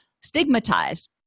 stigmatized